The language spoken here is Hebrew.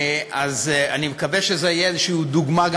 אז אני מקווה שזו תהיה איזו דוגמה גם